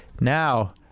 Now